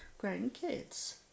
grandkids